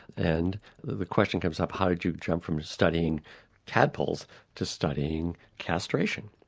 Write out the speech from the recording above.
and the question comes up how did you jump from studying tadpoles to studying castration?